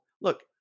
look